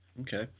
Okay